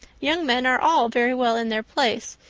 young men are all very well in their place,